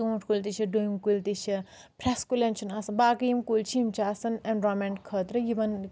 ژوٗنٛٹھۍ کُلۍ تہِ چھِ ڈوٗنۍ کُلۍ تہِ چھِ پھرٛؠس کُلؠن چھُنہٕ آسان باقٕے یِم کُلۍ چھِ یِم چھِ آسان اؠنرانمینٹ خٲطرٕ